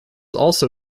also